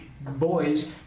boys